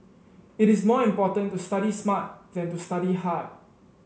it is more important to study smart than to study hard